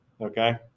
okay